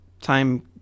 time